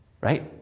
right